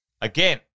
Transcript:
again